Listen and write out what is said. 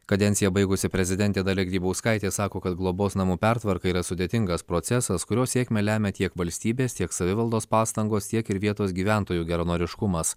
kadenciją baigusi prezidentė dalia grybauskaitė sako kad globos namų pertvarka yra sudėtingas procesas kurio sėkmę lemia tiek valstybės tiek savivaldos pastangos tiek ir vietos gyventojų geranoriškumas